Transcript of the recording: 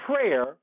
prayer